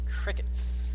Crickets